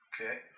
Okay